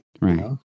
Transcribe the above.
Right